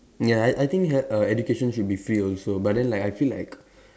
ya I I think err education should be free also but then like I feel like